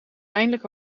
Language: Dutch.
eindelijk